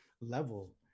level